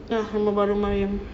ah rumah baru mariam